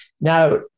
now